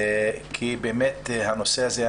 כי הנושא הזה,